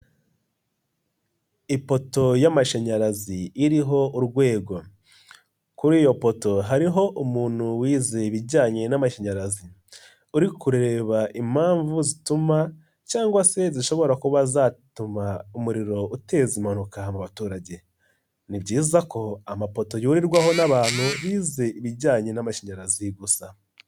Ipoto y'amashanyarazi iriho urwego, kuri iyo poto hariho umuntu wize ibijyanye n'amashanyarazi uri kureba impamvu zituma cyangwa se zishobora kuba zatuma umuriro uteza impanuka mu baturage, ni byiza ko amapoto yurirwaho n'abantu bize ibijyanye n'amashanyarazi gusa.